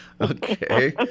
Okay